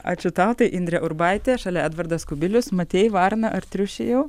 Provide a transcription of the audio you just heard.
ačiū tau tai indrė urbaitė šalia edvardas kubilius matei varną ar triušį jau